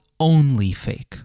OnlyFake